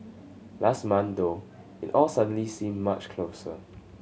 last month though it all suddenly seemed much closer